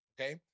okay